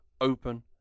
open